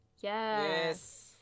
Yes